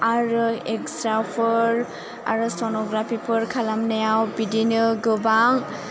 आरो इक्सस्राफोर आरो सन'ग्राफिफोर खालामनायाव बिदिनो गोबां